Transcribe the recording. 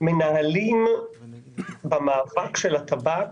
מנהלים במאבק של הטבק